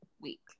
week